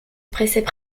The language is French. pressaient